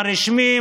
מה רשמי,